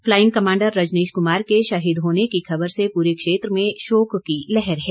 प्लाइंग commander Rajneesh Kumar के शहीद होने की खबर से पूरे क्षेत्र में शोक की लहर है